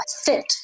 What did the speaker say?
fit